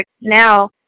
now